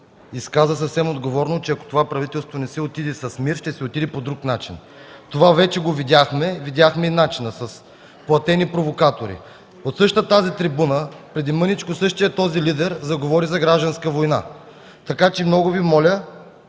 изказа съвсем отговорно, че ако това правителство не си отиде с мир, ще си отиде по друг начин. Това вече го видяхме. Видяхме и начина – с платени провокатори. От същата тази трибуна преди мъничко същият този лидер заговори за гражданска война, така че много Ви моля,